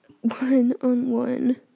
one-on-one